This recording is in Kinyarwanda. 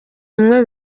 bimwe